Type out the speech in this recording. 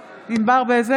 (קוראת בשמות חברי הכנסת) ענבר בזק,